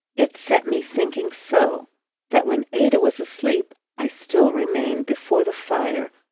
it set me thinking so that when ada was asleep, i still remained before the fire,